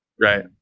Right